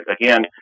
again